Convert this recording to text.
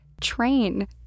train